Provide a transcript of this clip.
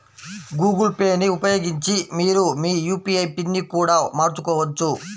Google Pay ని ఉపయోగించి మీరు మీ యూ.పీ.ఐ పిన్ని కూడా మార్చుకోవచ్చు